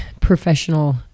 professional